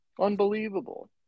Unbelievable